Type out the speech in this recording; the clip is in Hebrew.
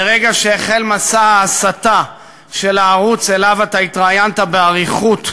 מרגע שהחל מסע ההסתה של הערוץ שבו אתה התראיינת באריכות,